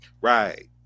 Right